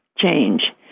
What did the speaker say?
change